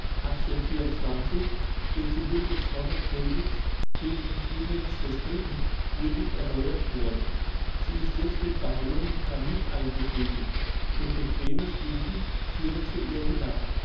durch die huld des frommen königs friedrich wilhelms iii würdig erneuert worden sie ist jetzt mit behauenem granit eingefriedigt und bequeme stufen führen zu ihr hinab